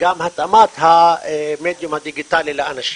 וגם התאמת המדיום הדיגיטלי לאנשים.